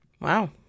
Wow